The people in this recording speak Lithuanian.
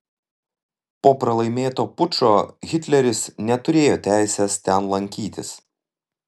po pralaimėto pučo hitleris neturėjo teisės ten lankytis